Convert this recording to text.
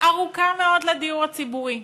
ארוכה מאוד לדיור הציבורי,